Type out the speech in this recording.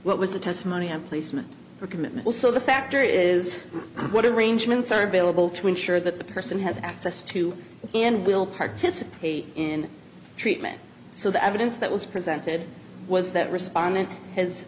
what was the testimony on placement for commitment also the factor is what arrangements are available to ensure that the person has access to and will participate in treatment so the evidence that was presented was that respondent has